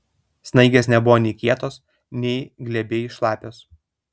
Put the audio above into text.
snaigės nebuvo nei kietos nei glebiai šlapios